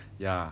ya